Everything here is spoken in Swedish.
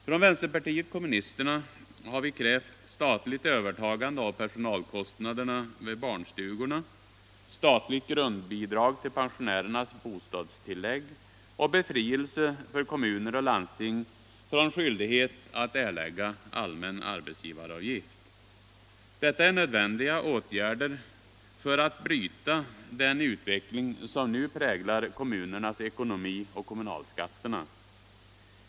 Från vänsterpartiet kommunisterna har vi krävt statligt övertagande av personalkostnaderna vid barnstugorna, statligt grundbidrag till pensionärernas bostadstillägg och befrielse för kommuner och landsting från skyldighet att erlägga allmän arbetsgivaravgift. Detta är nödvändiga åtgärder för att bryta den utveckling som nu präglar kommunernas ekonomi och kommunalskatterna.